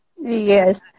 Yes